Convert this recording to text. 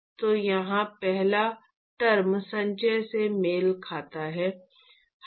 तो यहाँ पहला टर्म संचय से मेल खाता है